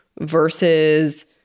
versus